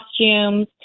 costumes